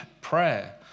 prayer